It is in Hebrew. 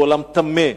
זה עולם טמא,